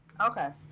okay